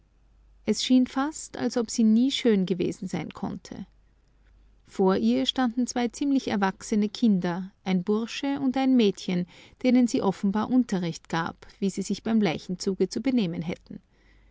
es schien fast als ob sie nie schön gewesen sein konnte vor ihr standen zwei ziemlich erwachsene kinder ein bursche und ein mädchen denen sie offenbar unterricht gab wie sie sich beim leichenzuge zu benehmen hätten